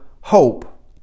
hope